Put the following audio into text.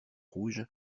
rouge